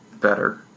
better